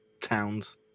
towns